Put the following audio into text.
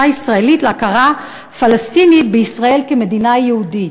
הישראלית להכרה פלסטינית בישראל כמדינה יהודית.